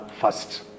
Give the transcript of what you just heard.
first